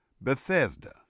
Bethesda